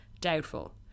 doubtful